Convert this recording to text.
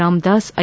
Ramdas I